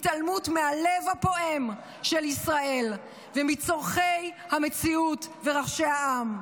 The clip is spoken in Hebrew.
התעלמות מהלב הפועם של ישראל ומצורכי המציאות ורחשי העם.